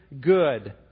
good